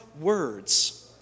words